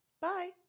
Bye